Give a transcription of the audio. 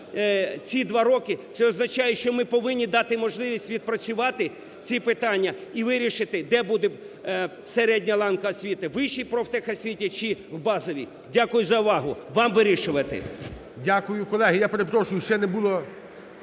ці два роки, це означає, що ми повинні дати можливість відпрацювати ці питання і вирішити, де буде середня ланка освіти, у вищій техпрофосвіті, чи в базовій. Дякую за увагу. Вам вирішувати.